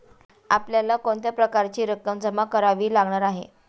आपल्याला कोणत्या प्रकारची रक्कम जमा करावी लागणार आहे?